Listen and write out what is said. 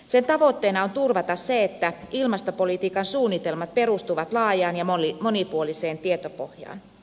sen tavoitteena on turvata se että ilmastopolitiikan suunnitelmat perustuvat laajaan ja monipuoliseen tietopohjaan